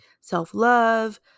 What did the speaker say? self-love